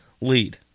lead